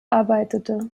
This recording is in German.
arbeitete